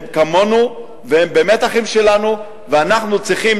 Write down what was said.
הם כמונו והם באמת אחים שלנו ואנחנו צריכים